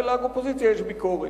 ולאופוזיציה יש ביקורת.